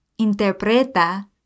interpreta